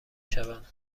شوند